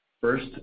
First